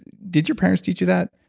did your parents teach you that?